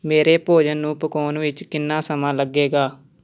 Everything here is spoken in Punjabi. ਮੇਰੇ ਭੋਜਨ ਨੂੰ ਪਕਾਉਣ ਵਿੱਚ ਕਿੰਨਾ ਸਮਾਂ ਲੱਗੇਗਾ